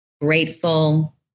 grateful